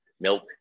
milk